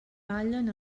ballen